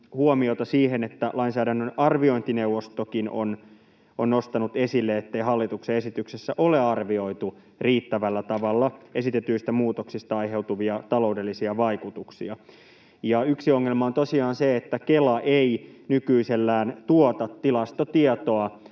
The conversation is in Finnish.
huomiota siihen, että lainsäädännön arviointineuvostokin on nostanut esille, ettei hallituksen esityksessä ole arvioitu riittävällä tavalla esitetyistä muutoksista aiheutuvia taloudellisia vaikutuksia. Yksi ongelma on tosiaan se, että Kela ei nykyisellään tuota tilastotietoa